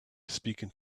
speaking